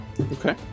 okay